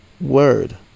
Word